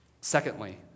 Secondly